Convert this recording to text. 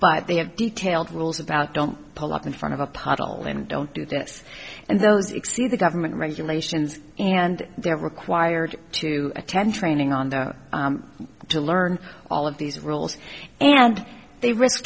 but they have detailed rules about don't pull up in front of a pothole and don't do this and those exceed the government regulations and they're required to attend training on their to learn all of these rules and they ri